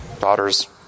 Daughter's